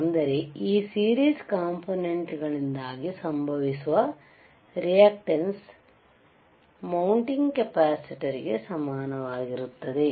ಅಂದರೆ ಈ series component ಗಳಿಂದಾಗಿ ಸಂಭವಿಸುವ ರಿಯಾಕ್ಟೆಂಸ್ ಮೌಂಟಿಂಗ್ ಕೆಪಾಸಿಟರ್ ಗೆ ಸಮಾನವಾಗಿದೆ